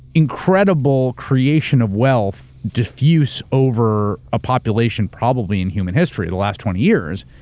incredible creation of wealth diffuse over a population probably in human history, the last twenty years,